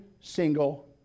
single